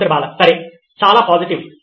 professor Bala సరే చాలా positive